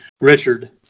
Richard